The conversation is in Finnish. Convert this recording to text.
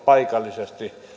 paikallisesti